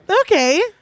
Okay